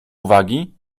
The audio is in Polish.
uwagi